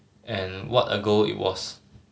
and what a goal it was